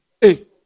Hey